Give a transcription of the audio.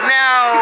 now